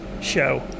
show